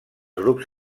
grups